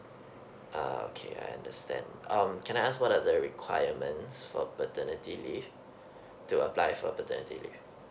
uh okay I understand um can I ask what are the requirements for paternity leave to apply for paternity leave